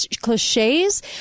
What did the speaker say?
cliches